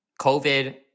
COVID